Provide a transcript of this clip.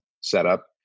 setup